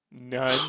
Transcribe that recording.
None